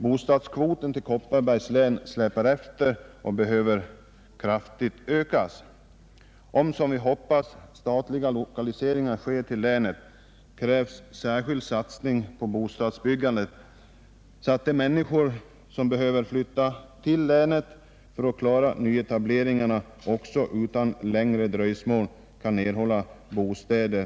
Bostadskvoten till Kopparbergs län släpar efter och behöver kraftigt ökas. Om, som vi hoppas, statliga lokaliseringar äger rum till länet krävs särskild satsning på bostadsbyggandet, så att de människor som behöver flytta till länet för att nyetableringarna skall kunna klaras också utan längre dröjsmål kan erhålla bostäder.